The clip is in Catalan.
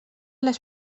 les